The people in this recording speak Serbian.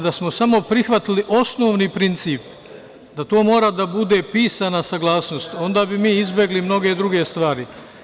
Da smo samo prihvatili osnovni princip da to mora da bude pisana saglasnost, onda bi mi izbegli mnoge druge stvari.